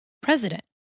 President